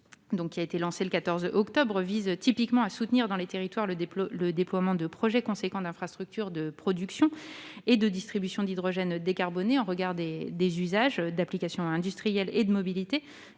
qui a été lancé par l'Ademe le 14 octobre vise à soutenir dans les territoires le déploiement de projets importants d'infrastructures de production et de distribution d'hydrogène décarboné au regard des usages d'applications industrielles et de mobilité,